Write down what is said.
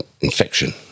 infection